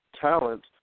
Talent